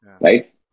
right